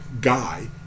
guy